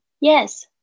Yes